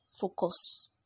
focus